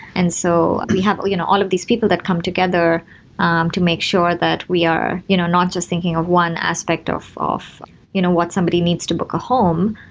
and so we have you know all of these people that come together um to make sure that we are you know not just thinking of one aspect of of you know what somebody needs to book a home,